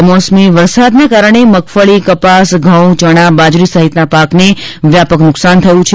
કમોસમી વરસાદના કારણે મગફળી કપાસ ઘઉં ચણા બાજરી સહિતના પાકને વ્યાપક નુકસાન થયું છે